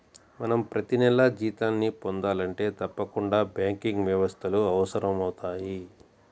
మనం ప్రతినెలా జీతాన్ని పొందాలంటే తప్పకుండా బ్యాంకింగ్ వ్యవస్థలు అవసరమవుతయ్